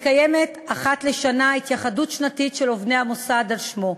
מתקיימת אחת לשנה התייחדות שנתית של עובדי המוסד על שמו,